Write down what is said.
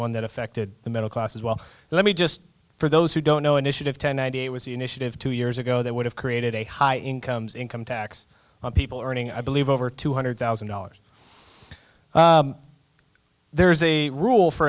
one that affected the middle class as well let me just for those who don't know initiative ten idea was initially of two years ago that would have created a high incomes income tax on people earning i believe over two hundred thousand dollars there's a rule for